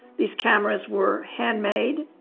these cameras were handmade.